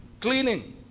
cleaning